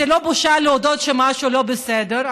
זה לא בושה להודות שמשהו לא בסדר.